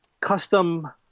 custom